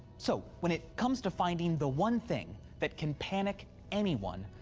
so when it comes to finding the one thing that can panic anyone,